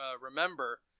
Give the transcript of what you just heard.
remember